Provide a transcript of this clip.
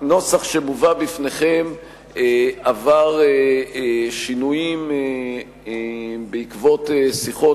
הנוסח שמובא בפניכם עבר שינויים בעקבות שיחות